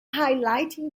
highlighting